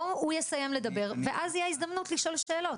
הוא יסיים לדבר ואז תהיה הזדמנות לשאול שאלות.